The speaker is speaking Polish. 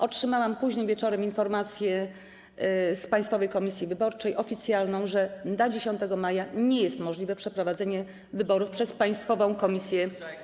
Otrzymałam późnym wieczorem informację z Państwowej Komisji Wyborczej, oficjalną, że 10 maja nie jest możliwe przeprowadzenie wyborów przez tę komisję.